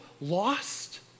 lost